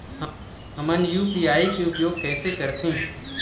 हमन यू.पी.आई के उपयोग कैसे करथें?